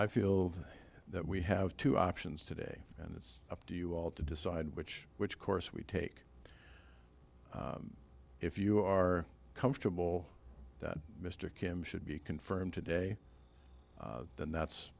i feel that we have two options today and it's up to you all to decide which which course we take if you are comfortable that mr kim should be confirmed today then that's